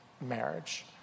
marriage